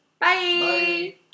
Bye